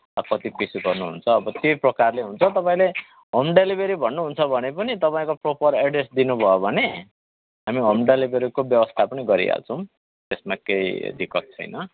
अब कति पिस गर्नुहुन्छ अब त्यही प्रकारले हुन्छ तपाईँले होम डेलिभरी भन्नुहुन्छ भने पनि तपाईँको प्रोपर एड्रेस दिनुभयो भने हामी होम डेलिभरीको व्यवस्था पनि गरिहाल्छौँ त्यसमा केही दिक्कत छैन